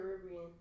Caribbean